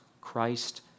Christ